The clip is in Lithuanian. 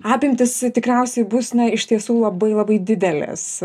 apimtys tikriausiai bus na iš tiesų labai labai didelės